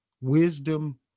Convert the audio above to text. wisdom